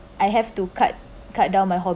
I have to cut cut down my